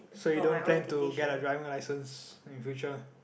so you don't plan to get a driving license in future